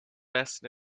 best